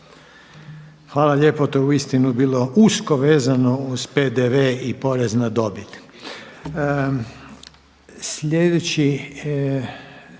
Hvala lijepo. To je uistinu bilo usko vezano uz PDV i porez na dobit. Slijedeći